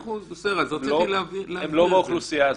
הם לא מהאוכלוסייה הזאת.